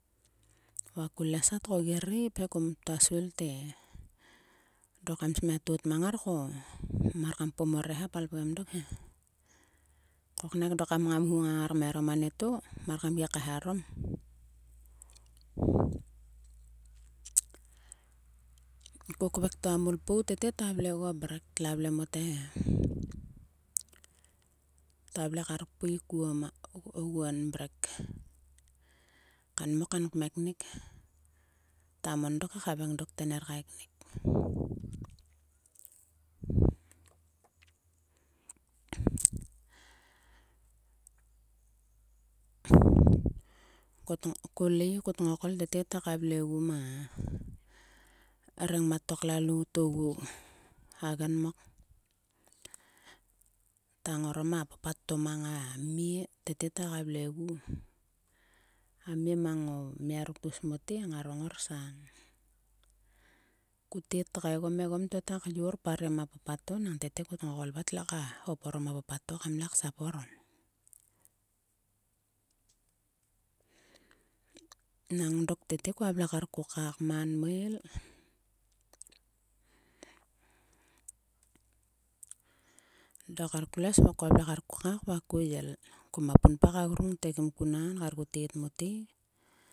Va ku les katko gi lreip he kum ktua svil te dok kam simta toot mang ngar ko mar kam kpom o reha paigaem dok he koknaik dok kam ngamhu ngang ngar kmeharom anieto mar kam gi kaeharom. Ko kvek to a mulpou tete ta vle oguo mrek. Tla vle mote e. ta vle kar kpui kuon ma oguon mrek. kanmok en kmenik. Ta mon dok he khaveng dok te ner kaeknik. ko tngo ku lei. tngokol tngai ka vle ogu ma rengmat to klalout ogu hagen mok. Ta ngarom a papat to ma mie. Tete ta vle ogu. A mie mang o mia ruk tgus mote ngaro ngorsang. Ko tet tkaegom egom to kyor parem a papat to nang ko tngokol vat tle khop orom a papat to kamle ksap orom. Nang dok tete koa vle kar ko kak man meil dok kar klues. Kua vle kar ko kak va ko yel. Ko ma punpa ka grung te kim ko naan va ko tet mote.